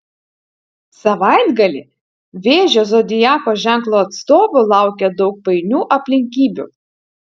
savaitgalį vėžio zodiako ženklo atstovų laukia daug painių aplinkybių